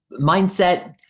mindset